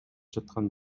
жаткан